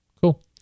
Cool